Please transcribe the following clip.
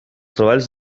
treballs